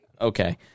Okay